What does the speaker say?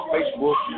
Facebook